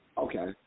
Okay